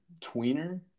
tweener